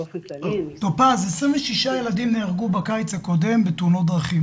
טופז, 26 ילדים נהרגו בקיץ הקודם בתאונות דרכים.